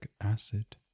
acid